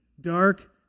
dark